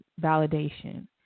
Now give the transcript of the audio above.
validation